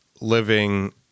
living